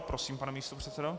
Prosím, pane místopředsedo.